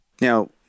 now